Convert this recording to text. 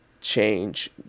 change